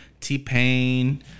T-Pain